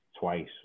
twice